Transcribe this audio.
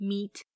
Meet